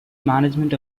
management